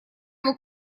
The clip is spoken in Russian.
его